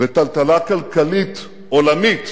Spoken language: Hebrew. וטלטלה כלכלית עולמית